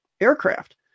aircraft